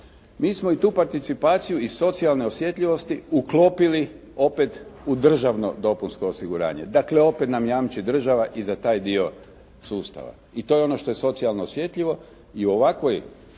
Mi smo i tu participaciju iz socijalne osjetljivosti uklopili opet u državno dopunsko osiguranje. Dakle, opet nam jamči država i za taj dio sustava. I to je ono što je socijalno osjetljivo i u ovakvoj